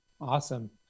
Awesome